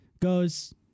goes